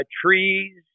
trees